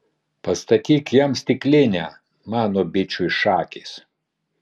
pastatyk jam stiklinę mano bičui šakės